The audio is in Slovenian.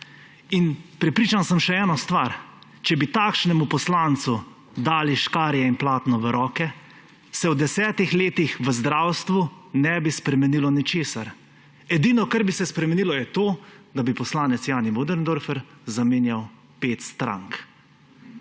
In prepričan sem še v eno stvar. Če bi takšnemu poslancu dali škarje in platno v roke, se v desetih letih v zdravstvu ne bi spremenilo ničesar. Edino, kar bi se spremenilo, je to, da bi poslanec Jani Möderndorfer zamenjal pet strank.